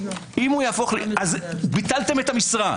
אז ביטלתם את המשרה.